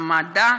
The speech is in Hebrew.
המדע,